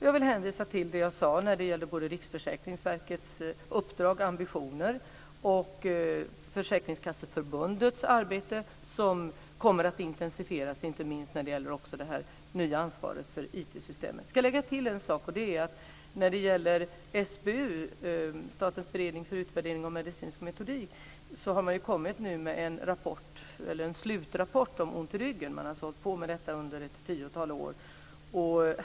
Jag vill hänvisa till det som jag sade om både Riksförsäkringsverkets uppdrag och ambitioner och Försäkringskasseförbundets arbete, som kommer att intensifieras inte minst när det gäller det nya ansvaret för IT-systemet. Jag ska lägga till en sak. SBU, Statens beredning för utvärdering av medicinsk metodik, har nu kommit med en slutrapport om ont i ryggen. Man har arbetat med frågan under ett tiotal år.